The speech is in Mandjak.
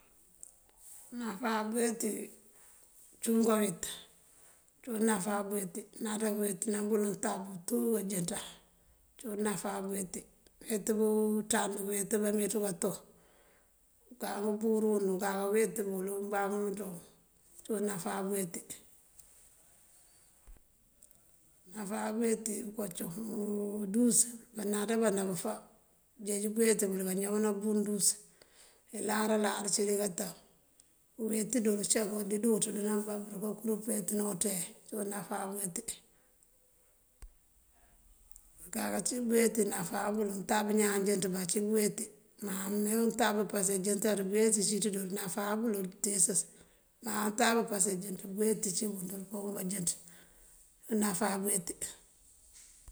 Náfá búuweeti cíwun káweet, cíwun náfá búuweeti. Mëënáaţa buweetëna bël untab tú wáanjëënţan cíwun náfá búuweeti. Mëëweet unţand, këëweet bámeenţu kato mbúurun këënkaweet bël ţí umbaŋ umëënţabun cíwun náfá búuweeti. Náfá búuweeti booká cum. undúus bánanţabá na bëfa, bëënjeej búuweeti bul káñawuna bun undúus. Elaralar acíri kato, këëweeti dël ucak dúuţ mëëyá mbá këëndúna káankur puweetënawu unţaya cíwun náfá búuweet. Këënká kanţíij búuweet náfá bël, untab ñaan jëënţ bá, ací búuweeti. Ma mëëwín untab pase jëënţaţ búuweeti cíiţ dël. Náfá bël tíisës, ma untab pase jëënţ búuweeti cíibúun dël koon banjëënt. Cun náfá búuweeti.